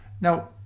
Now